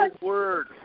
word